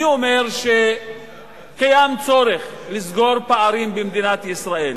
אני אומר שקיים צורך לסגור פערים במדינת ישראל,